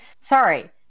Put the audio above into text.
sorry